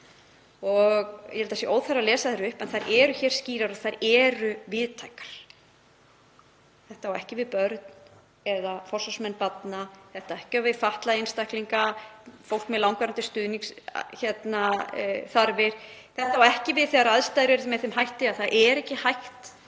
Ég held að það sé óþarfi að lesa þær upp en þær eru skýrar og þær eru víðtækar. Þetta á ekki við um börn eða forsvarsmenn barna, þetta ekki á við um fatlaða einstaklinga, fólk með langvarandi stuðningsþarfir. Þetta á ekki við þegar aðstæður eru með þeim hætti að það er ekki hægt